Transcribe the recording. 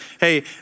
hey